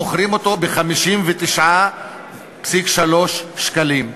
ומוכרים אותו ב-59.3 שקלים.